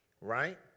right